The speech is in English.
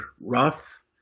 rough